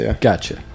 Gotcha